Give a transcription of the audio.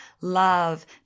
love